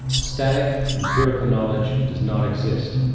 static empirical knowledge does not exist,